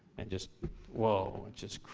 and just woah. it just,